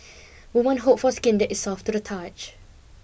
women hope for skin that is soft to the touch